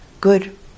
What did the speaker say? good